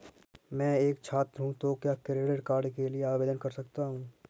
मैं एक छात्र हूँ तो क्या क्रेडिट कार्ड के लिए आवेदन कर सकता हूँ?